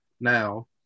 now